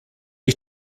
ich